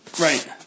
Right